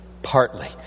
Partly